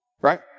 Right